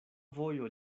vojo